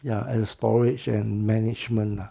ya and storage and management lah